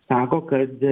sako kad